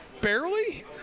Barely